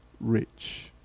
rich